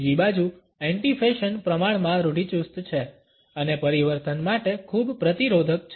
બીજી બાજુ anti fashion પ્રમાણમાં રૂઢિચુસ્ત છે અને પરિવર્તન માટે ખૂબ પ્રતિરોધક છે